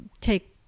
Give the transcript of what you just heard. take